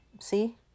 see